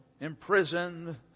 imprisoned